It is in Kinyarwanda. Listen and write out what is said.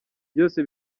byose